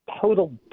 total